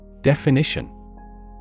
Definition